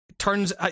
turns